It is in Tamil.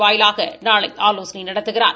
வாயிலாக நாளை ஆலோசனை நடத்துகிறார்